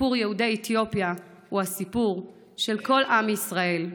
סיפור יהודי אתיופיה הוא הסיפור של כל עם ישראל.